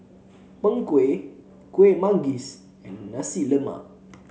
Png Kueh Kuih Manggis and Nasi Lemak